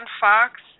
Fox